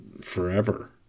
forever